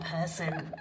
person